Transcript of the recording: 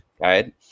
Right